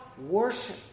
worship